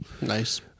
Nice